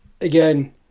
again